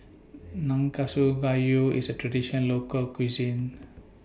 Nanakusa Gayu IS A Traditional Local Cuisine